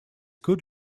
good